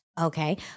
Okay